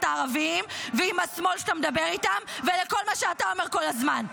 הערבים ועם השמאל שאתה מדבר איתם ולכל מה שאתה אומר כל הזמן.